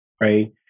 right